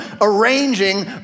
arranging